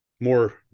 more